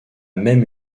même